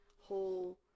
whole